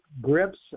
grips